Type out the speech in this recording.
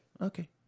okay